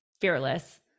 fearless